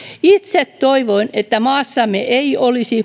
itse toivon että maassamme ei olisi